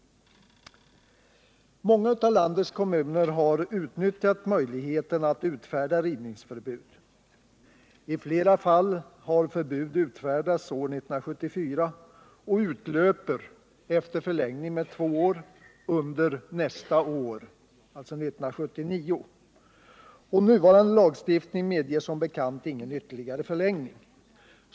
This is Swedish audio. Många av landets kommuner har utnyttjat möjligheten att utfärda rivningsförbud. I flera fall har förbud utfärdats år 1974 och utlöper — efter förlängning med två år — under nästa år, 1979. Nuvarande lagstiftning medger som bekant ingen ytterligare förlängning.